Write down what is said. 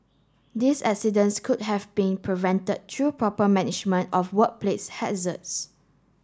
these accidents could have been prevented through proper management of workplace hazards